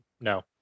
no